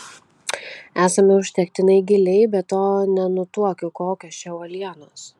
esame užtektinai giliai be to nenutuokiu kokios čia uolienos